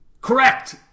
Correct